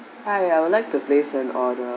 hi I would like to place an orde~